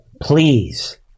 Please